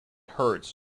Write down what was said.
hurts